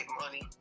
money